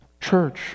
Church